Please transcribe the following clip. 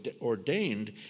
ordained